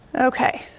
Okay